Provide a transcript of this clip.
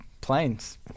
planes